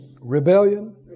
rebellion